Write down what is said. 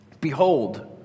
Behold